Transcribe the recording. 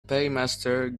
paymaster